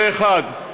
זה דבר אחד.